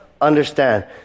understand